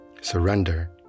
Surrender